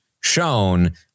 shown